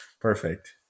Perfect